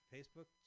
Facebook